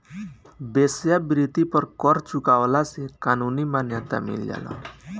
वेश्यावृत्ति पर कर चुकवला से कानूनी मान्यता मिल जाला